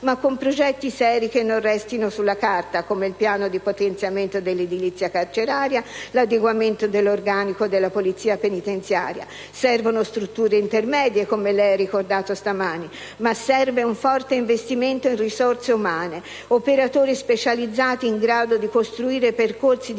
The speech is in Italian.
ma con progetti seri, che non restino sulla carta, come il piano di potenziamento dell'edilizia carceraria e l'adeguamento dell'organico della Polizia penitenziaria. Servono strutture intermedie, come lei ha ricordato stamani, ma soprattutto un forte investimento in risorse umane, in operatori specializzati in grado di costruire percorsi di